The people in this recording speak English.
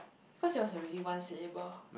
cause yours already one syllable